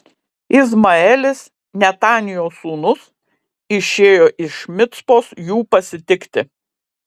izmaelis netanijo sūnus išėjo iš micpos jų pasitikti